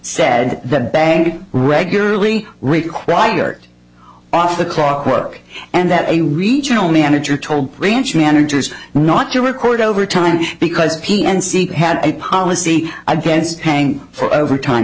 said that bag regularly required off the clock work and that a regional manager told plants managers not your record over time because p n seat had a policy against paying for overtime